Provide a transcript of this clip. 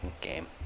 game